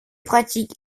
pratique